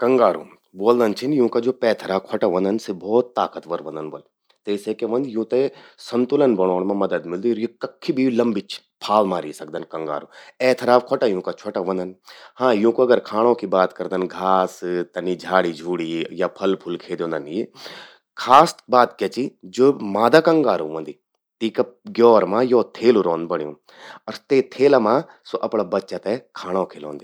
कंगारू..ब्लोदन छिन कि यूंका ज्वो पैथरा ख्वोटा ह्वोंदन, सि भौत ताकतवर ह्वोंदन बल। तेसे क्या ह्वोंद यूंते संतुलन बणौंण मां मदद मिलदि अर यि कखि भी लंबी फाल मारी सकदन कंगारू। ऐथरा ख्वोटा यूंका छ्वोटा ह्वोंदन। हां यूंका खाणों कि बात करदन, घास, तनि झाड़ी झूड़ी या फल फूल खे द्योंदन यि। खास बात क्या चि..ज्वो मादा कंगारू ह्वंदि, तेंका ग्योर मां यौ थेलू रौंद बण्यूं अर ते थेला मां स्या अपणां बच्चा ते खांणों खिलौंदि।